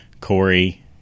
Corey